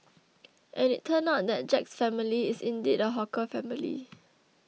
and it turned out that Jack's family is indeed a hawker family